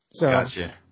Gotcha